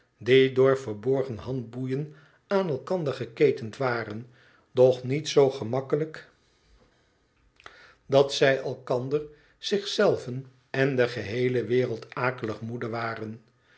die door verborgen handboeien aan elkander geketend waren doch niet zoo gemakkelijk dat zij elkander zich zelven en de geheele wereld akelig moede waren